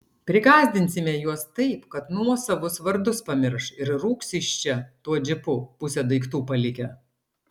prigąsdinsime juos taip kad nuosavus vardus pamirš ir rūks iš čia tuo džipu pusę daiktų palikę